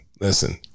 listen